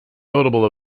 notable